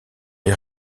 les